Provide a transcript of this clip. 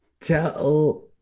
Tell